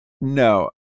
No